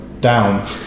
down